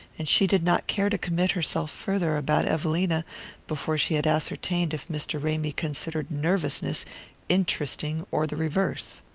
and she did not care to commit herself farther about evelina before she had ascertained if mr. ramy considered nervousness interesting or the reverse.